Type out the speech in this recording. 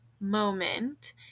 moment